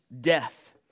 death